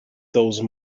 those